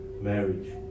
marriage